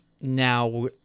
now